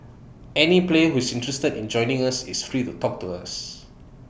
any player who is interested in joining us is free to talk to us